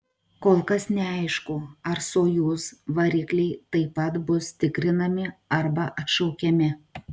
kol kas neaišku ar sojuz varikliai taip pat bus tikrinami arba atšaukiami